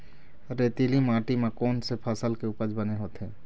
रेतीली माटी म कोन से फसल के उपज बने होथे?